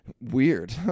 Weird